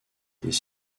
des